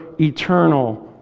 eternal